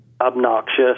obnoxious